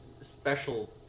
special